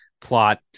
plot